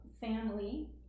family